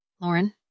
Lauren